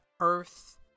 earth